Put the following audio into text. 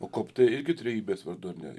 o koptai irgi trejybės vardu ar ne